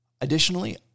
Additionally